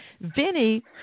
Vinny